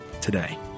today